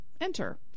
enter